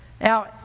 Now